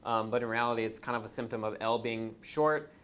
but in reality, it's kind of a symptom of l being short,